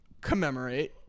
commemorate